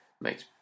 makes